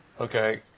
Okay